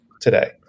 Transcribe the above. today